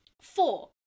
Four